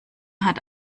hat